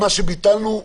מה שביטלנו,